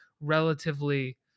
relatively